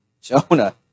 Jonah